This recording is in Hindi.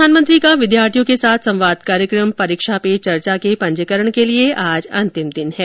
प्रधानमंत्री का विद्यार्थियों के साथ संवाद कार्यक्रम परीक्षा पे चर्चा के पंजीकरण के लिए आज अंतिम दिन है